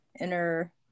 inner